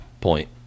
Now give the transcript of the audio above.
Point